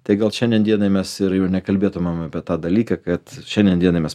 tai gal šiandien dienai mes ir jų nekalbėtumėm apie tą dalyką kad šiandien dienai mes